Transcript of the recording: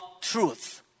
truth